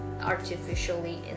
artificially